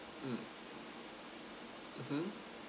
mm mmhmm